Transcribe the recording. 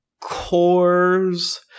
core's